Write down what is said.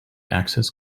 access